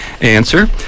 Answer